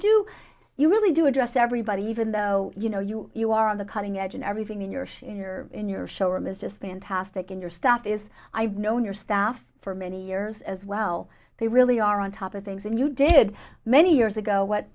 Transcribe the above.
do you really do address everybody even though you know you you are on the cutting edge and everything in your shoes you're in your showroom is just fantastic and your staff is i've known your staff for many years as well they really are on top of things and you did many years ago what